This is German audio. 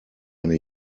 eine